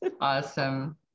Awesome